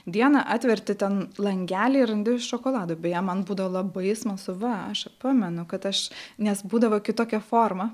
dieną atverti ten langeliai randi šokolado beje man būdavo labai smalsu va aš pamenu kad aš nes būdavo kitokia forma